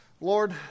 Lord